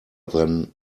then